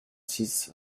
six